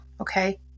okay